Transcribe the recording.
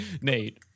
Nate